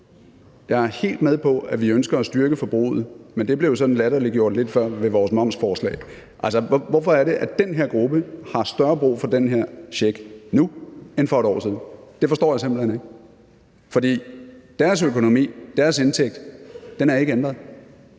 Jeg er helt med på, at vi ønsker at styrke forbruget, men det blev jo sådan lidt latterliggjort før ved vores momsforslag. Hvorfor har den her gruppe mere brug for den her check nu end for et år siden? Det forstår jeg simpelt hen ikke. Deres økonomi, deres indtægt er ikke ændret.